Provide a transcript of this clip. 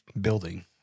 building